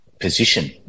position